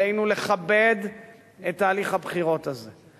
עלינו לכבד את תהליך הבחירות הזה.